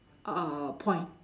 uh point